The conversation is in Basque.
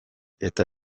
eta